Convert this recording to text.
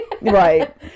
Right